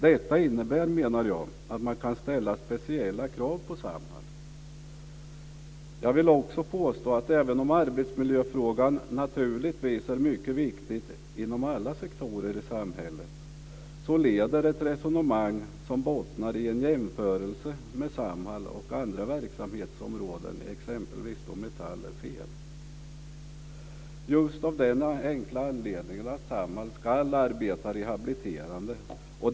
Det innebär, menar jag, att man kan ställa speciella krav på Samhall. Även om arbetsmiljöfrågan naturligtvis är mycket viktig inom alla sektorer i samhället leder ett resonemang som bottnar i en jämförelse mellan Samhall och andra verksamhetsområden, exempelvis Metall, fel, av den enkla anledningen att Samhall ska arbeta rehabiliterande.